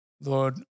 Lord